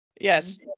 yes